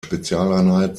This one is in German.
spezialeinheit